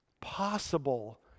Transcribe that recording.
Possible